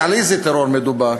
על איזה טרור מדובר?